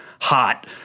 hot